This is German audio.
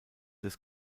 des